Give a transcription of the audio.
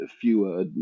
fewer